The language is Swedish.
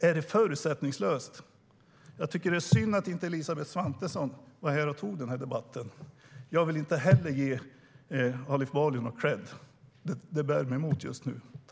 Är det förutsättningslöst?